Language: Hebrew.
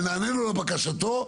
ונענו לבקשתו,